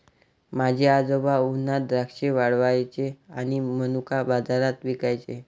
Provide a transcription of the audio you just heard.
माझे आजोबा उन्हात द्राक्षे वाळवायचे आणि मनुका बाजारात विकायचे